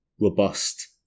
robust